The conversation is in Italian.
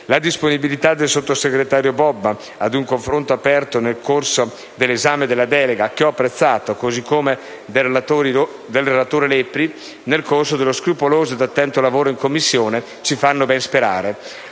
La disponibilità del sottosegretario Bobba a un confronto aperto nel corso dell'esame della delega, che ho apprezzato, così come del relatore Lepri, nel corso dello scrupoloso e attento lavoro in Commissione, ci fanno ben sperare.